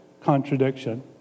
contradiction